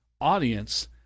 audience